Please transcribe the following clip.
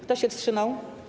Kto się wstrzymał?